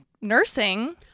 nursing